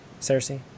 cersei